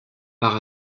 par